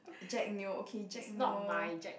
Jack-Neo okay Jack-Neo